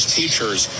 teachers